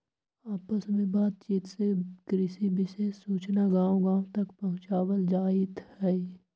आपस में बात चित से कृषि विशेष सूचना गांव गांव तक पहुंचावल जाईथ हई